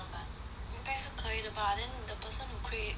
应该是可以的吧 then the person who create a bit